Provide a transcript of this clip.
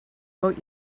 boat